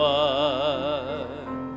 one